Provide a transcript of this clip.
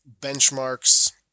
benchmarks